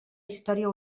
història